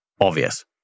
obvious